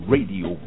Radio